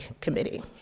committee